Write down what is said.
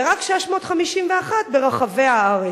ורק 651 ברחבי הארץ.